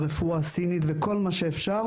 רפואה סינית וכל מה שאפשר,